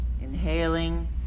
Inhaling